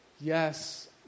yes